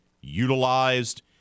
utilized